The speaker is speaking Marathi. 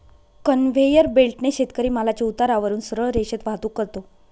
कन्व्हेयर बेल्टने शेतकरी मालाची उतारावरून सरळ रेषेत वाहतूक करतो